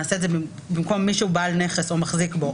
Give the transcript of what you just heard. זה יהיה במקום "מי שהוא בעל נכס או מחזיק בו,